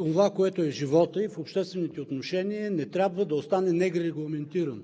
онова, което е в живота и в обществените отношения не трябва да остане нерегламентирано.